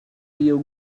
leo